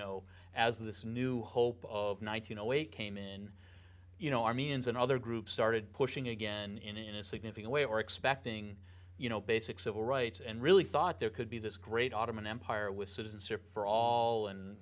know as this new hope of one thousand eight came in you know armenians and other groups started pushing again in a significant way or expecting you know basic civil rights and really thought there could be this great ottoman empire with citizenship for all and